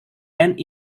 end